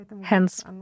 Hence